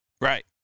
Right